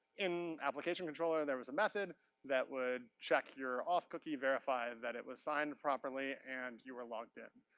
in application controller, there was a method that would check your auth cookie, verify that it was signed properly, and you were logged in.